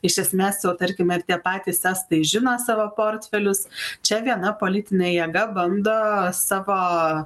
iš esmės jau tarkim ir tie patys estai žino savo portfelius čia viena politinė jėga bando savo